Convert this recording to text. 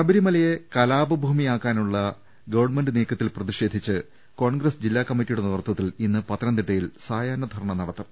ശബരിമലയെ കലാപഭൂമി ആക്കാനുള്ള ഗവൺമെന്റ് നീക്കത്തിൽ പ്രതിഷേ ധിച്ച് കോൺഗ്രസ് ജില്ലാ കമ്മിറ്റിയുടെ നേതൃത്വത്തിൽ ഇന്ന് പത്തനംതിട്ടയിൽ സായാഹ്ന ധർണ നടത്തും